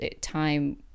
time